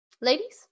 Ladies